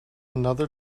another